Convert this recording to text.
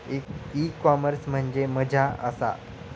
E commerce म्हणजे मझ्या आसा?